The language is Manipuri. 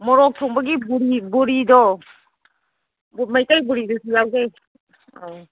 ꯃꯣꯔꯛ ꯊꯣꯡꯕꯒꯤ ꯕꯣꯔꯤꯗꯣ ꯑꯗꯨ ꯃꯩꯇꯩ ꯕꯣꯔꯤꯗꯨꯁꯨ ꯂꯧꯒꯦ ꯑ